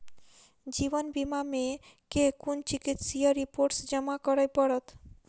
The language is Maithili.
जीवन बीमा मे केँ कुन चिकित्सीय रिपोर्टस जमा करै पड़त?